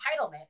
entitlement